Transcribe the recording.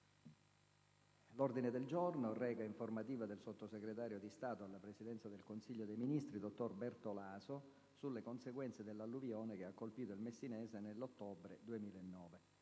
L'ordine del giorno reca: «Informativa del Sottosegretario di Stato alla Presidenza del Consiglio dei ministri per la Protezione civile sulle conseguenze dell'alluvione che ha colpito il Messinese nell'ottobre 2009».